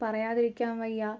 പറയാതിരിക്കാൻ വയ്യ